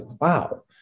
wow